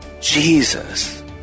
Jesus